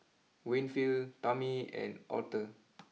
Winfield Tammie and Aurthur